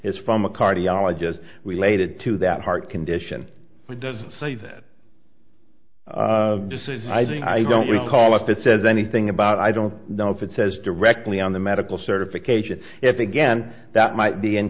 is from a cardiologist related to that heart condition but does say that i don't recall if it says anything about i don't know if it says directly on the medical certification if again that might be